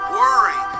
worry